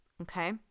okay